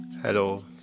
Hello